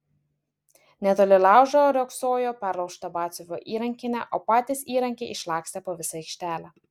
netoli laužo riogsojo perlaužta batsiuvio įrankinė o patys įrankiai išlakstę po visą aikštelę